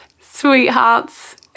sweethearts